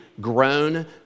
grown